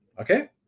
okay